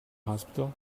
hospital